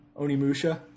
Onimusha